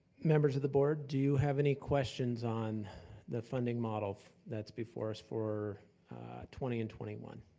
members of the board, do you have any questions on the funding model that's before us for twenty and twenty one?